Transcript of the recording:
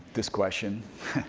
this question,